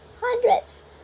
hundreds